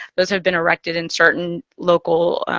those have been erected in certain local,